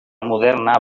moderna